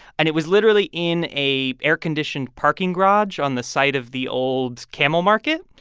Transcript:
and it was literally in a air-conditioned parking garage on the site of the old camel market.